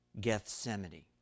Gethsemane